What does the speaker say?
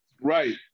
Right